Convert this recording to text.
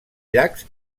llacs